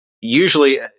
usually